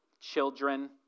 children